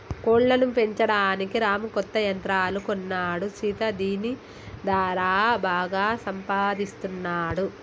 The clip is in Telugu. కోళ్లను పెంచడానికి రాము కొత్త యంత్రాలు కొన్నాడు సీత దీని దారా బాగా సంపాదిస్తున్నాడు